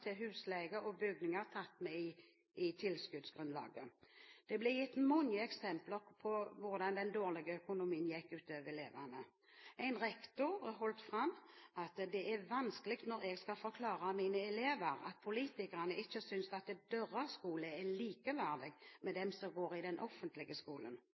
til husleie og bygninger tatt med i tilskuddsgrunnlaget. Det ble gitt mange eksempler på hvordan den dårlige økonomien gikk ut over elevene. En rektor holdt fram: Det er vanskelig når jeg skal forklare mine elever at politikerne ikke synes at deres skole er likeverdig med den offentlige skolen.